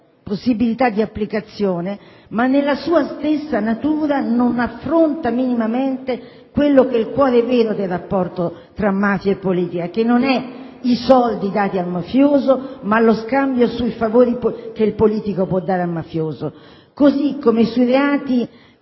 possibilità di applicazione, nella sua stessa natura non affronta minimamente il vero cuore del rapporto tra mafia e politica, che non sono i soldi dati al mafioso, ma lo scambio di favori che il politico può avere con il mafioso. Così come per i reati